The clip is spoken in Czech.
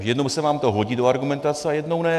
Jednou se vám to hodí do argumentace a jednou ne.